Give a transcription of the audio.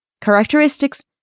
Characteristics